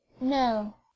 No